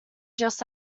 just